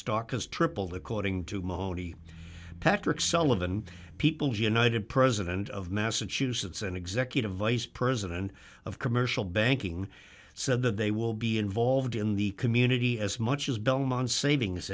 stock has tripled according to monye patrick sullivan people generated president of massachusetts an executive vice president of commercial banking said that they will be involved in the community as much as belmont savings